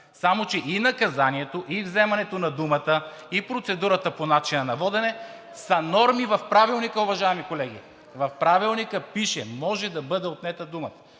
Само че и наказанието, и вземането на думата, и процедурата по начина на водене, са норми в Правилника, уважаеми колеги. В Правилника пише: „Може да бъде отнета думата“,